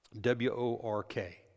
W-O-R-K